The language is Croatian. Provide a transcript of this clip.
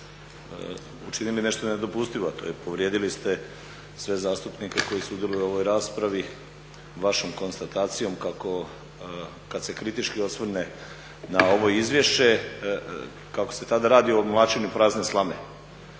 učinili nešto nedopustivo, povrijedili ste sve zastupnike koji sudjeluju u ovoj raspravi vašom konstatacijom kako kada se kritički osvrne na ovo izvješće kako se tada radi o mlaćenju prazne slame.